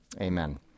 amen